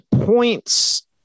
points